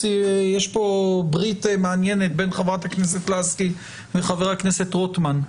יש פה ברית מעניינת בין חברת הכנסת לסקי לחבר הכנסת רוטמן,